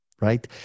right